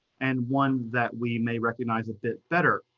and one that we may recognize a bit better.